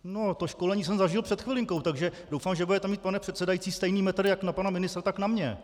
No to školení jsem zažil před chvilinkou, takže doufám, že budete mít, pane předsedající, stejný metr jak na pana ministra, tak na mě.